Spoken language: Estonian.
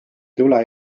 tule